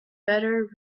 better